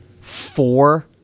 four